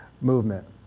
movement